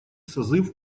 созыв